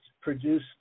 produce